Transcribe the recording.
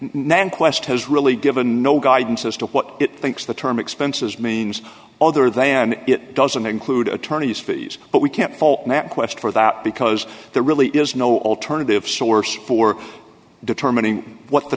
nan quest has really given no guidance as to what it thinks the term expenses means other than it doesn't include attorney's fees but we can't fault mapquest for that because there really is no alternative source for determining what the